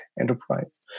Enterprise